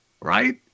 right